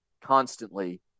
constantly